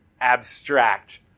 abstract